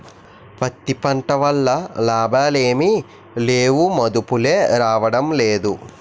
పత్తి పంట వల్ల లాభాలేమి లేవుమదుపులే రాడంలేదు